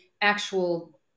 actual